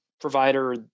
provider